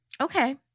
Okay